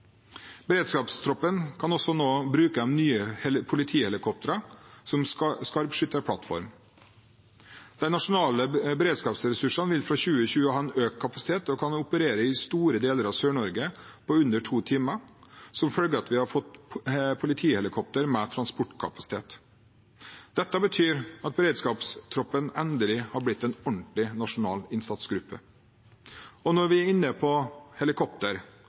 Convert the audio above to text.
Beredskapstroppen kan nå også bruke de nye politihelikoptrene som skarpskytterplattform. De nasjonale beredskapsressursene vil fra 2020 ha en økt kapasitet og kan da operere i store deler av Sør-Norge på under to timer, som følge av at vi har fått politihelikopter med transportkapasitet. Dette betyr at beredskapstroppen endelig har blitt en ordentlig nasjonal innsatsgruppe. Når vi er inne på helikopter: